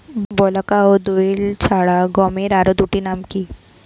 বলাকা ও দোয়েল ছাড়া গমের আরো দুটি জাতের নাম কি?